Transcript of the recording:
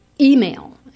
email